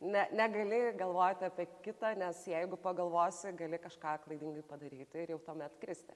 ne negali galvot apie kitą nes jeigu pagalvosi gali kažką klaidingai padaryt ir jau tuomet kristi